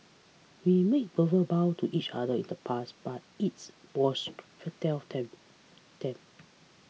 we made verbal bows to each other in the past but its was futile attempt attempt